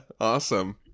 Awesome